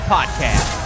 Podcast